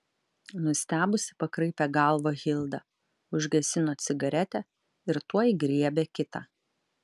nustebusi pakraipė galvą hilda užgesino cigaretę ir tuoj griebė kitą